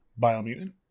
Biomutant